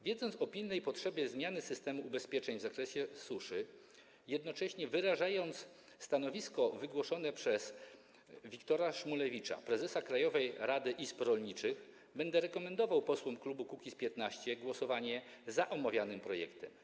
Wiedząc o pilnej potrzebie zmiany systemu ubezpieczeń w zakresie suszy, jednocześnie wyrażając stanowisko wygłoszone przez Wiktora Szmulewicza, prezesa Krajowej Rady Izb Rolniczych, będę rekomendował posłom klubu Kukiz’15 głosowanie za omawianym projektem.